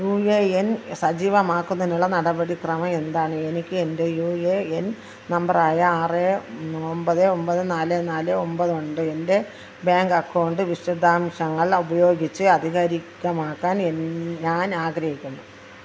U A N സജീവമാക്കുന്നതിനുള്ള നടപടിക്രമം എന്താണ് എനിക്ക് എന്റെ യു എ എൻ നമ്പർ ആയ ആറ് ഒമ്പത് ഒമ്പത് നാല് നാല് ഒമ്പതുണ്ട് എന്റെ ബാങ്ക് അക്കൗണ്ട് വിശദാംശങ്ങൾ ഉപയോഗിച്ച് ആധികാരികമാക്കാൻ എൻ ഞാൻ ആഗ്രഹിക്കുന്നു